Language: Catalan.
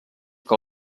que